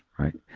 right,